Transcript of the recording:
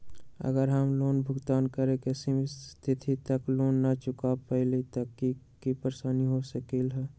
अगर हम लोन भुगतान करे के सिमित तिथि तक लोन न चुका पईली त की की परेशानी हो सकलई ह?